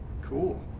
Cool